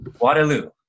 Waterloo